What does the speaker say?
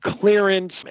clearance